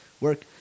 work